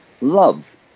love